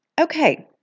Okay